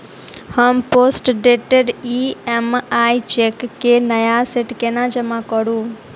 हम postdated EMI cheque केँ नया सेट केना जमा करू?